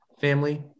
family